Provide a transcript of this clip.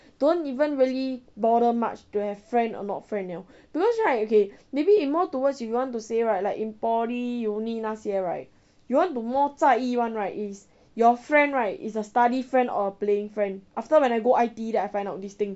don't even really bother much to have friend or not friend liao because right okay maybe you more towards you you want to say right like in poly uni 那些 right you want to more 在意 [one] right is your friend right is a study friend or a playing friend after when I go I_T_E then I find out this thing